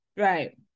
right